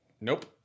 nope